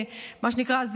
מה שנקרא,